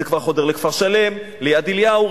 זה כבר חודר לכפר-שלם, ליד-אליהו.